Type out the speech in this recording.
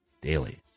daily